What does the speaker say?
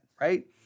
Right